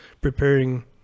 preparing